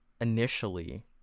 initially